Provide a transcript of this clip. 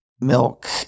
milk